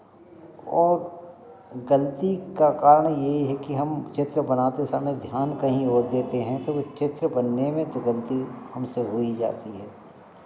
और गलती का कारण यही है कि हम चित्र बनाते समय ध्यान कहीं और देते हैं तो वो चित्र बनने में तो गलती हमसे हो ही जाती है